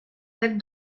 avec